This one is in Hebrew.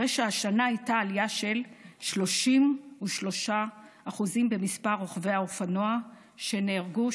הרי שהשנה הייתה עלייה של 33% במספר רוכבי האופנוע שנהרגו,